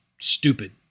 stupid